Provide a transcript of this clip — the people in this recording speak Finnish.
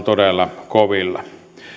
todella kovilla